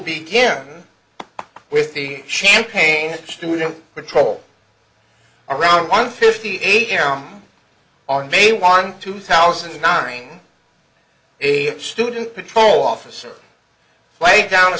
begin with the champagne student patrol around one fifty eight am on may one two thousand and nine student patrol officer laid down a